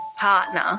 partner